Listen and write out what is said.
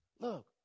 look